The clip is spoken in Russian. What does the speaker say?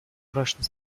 прочный